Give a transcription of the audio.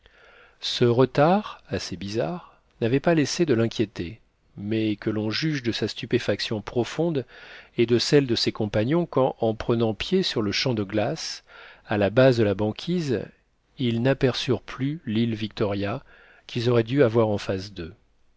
ce retard assez bizarre n'avait pas laissé de l'inquiéter mais que l'on juge de sa stupéfaction profonde et de celle de ses compagnons quand en prenant pied sur le champ de glace à la base de la banquise ils n'aperçurent plus l'île victoria qu'ils auraient dû avoir en face d'eux